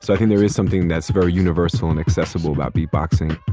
so i think there is something that's very universal and accessible about beatboxing.